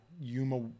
Yuma